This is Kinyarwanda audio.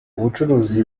ubucuruzi